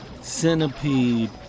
Centipede